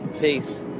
peace